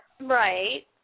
Right